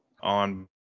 On